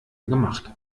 gemacht